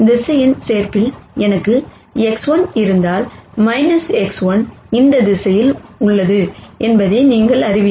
vector சேர்ப்பிலிருந்து எனக்கு X 1 இருந்தால் X1 இந்த திசையில் உள்ளது என்பதை நீங்கள் அறிவீர்கள்